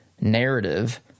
narrative